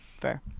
Fair